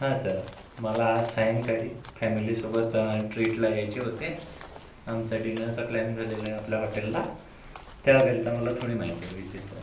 हा सर मला आज सायंकाळी फॅमिलीसोबत ट्रीटला यायचे होते आमचा डिनरचा प्लॅन झालेला आहे आपल्या हॉटेलला त्याकरिता मला थोडी माहिती हवी होती सर